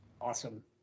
Awesome